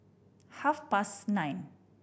half past nine